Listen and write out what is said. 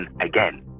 again